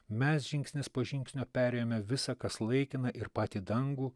mes žingsnis po žingsnio perėjome visa kas laikina ir patį dangų